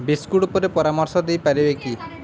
biscuit ଉପରେ ପରାମର୍ଶ ଦେଇପାରିବେ କି